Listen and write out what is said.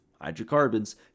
hydrocarbons